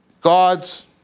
God's